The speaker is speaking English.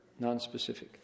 nonspecific